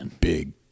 Big